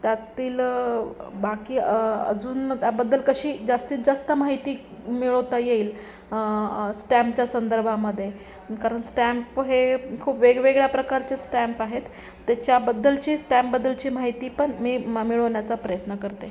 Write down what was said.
त्यातील बाकी अजून त्याबद्दल कशी जास्तीत जास्त माहिती मिळवता येईल स्टॅम्पच्या संदर्भामध्ये कारण स्टॅम्प हे खूप वेगवेगळ्या प्रकारचे स्टॅम्प आहेत त्याच्याबद्दलची स्टॅम्पबद्दलची माहिती पण मी म् मिळवण्याचा प्रयत्न करते आहे